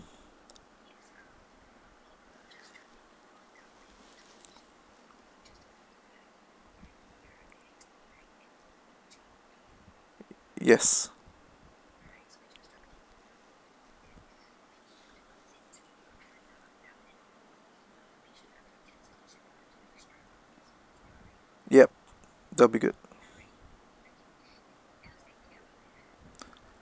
yes yup that'll be good